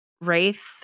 Wraith